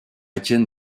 étienne